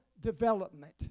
development